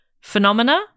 phenomena